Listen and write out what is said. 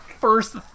first